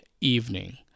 evening